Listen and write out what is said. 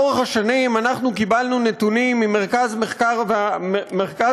לאורך השנים קיבלנו נתונים ממרכז המחקר